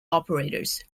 operators